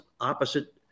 opposite